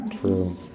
True